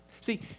See